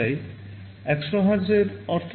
100 hertz এর অর্থ কী